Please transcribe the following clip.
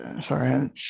sorry